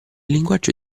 linguaggio